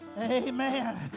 amen